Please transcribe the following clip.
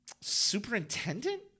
superintendent